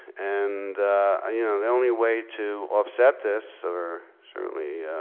and ah you know the only way to offset this or certainly